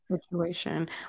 situation